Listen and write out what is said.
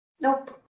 Nope